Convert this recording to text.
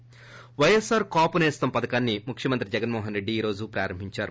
పైఎస్పార్ కాపు నేస్తం పథకాన్సి ముఖ్యమంత్రి జగన్మోహన్ రెడ్డి ఈ రోజు ప్రారంభించారు